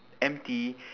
empty